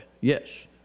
Yes